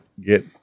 get